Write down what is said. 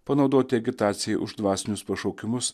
panaudoti agitacijai už dvasinius pašaukimus